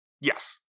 Yes